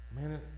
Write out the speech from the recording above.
Man